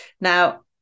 Now